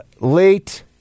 late